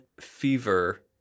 fever